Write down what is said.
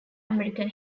american